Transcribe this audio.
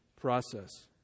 process